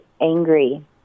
angry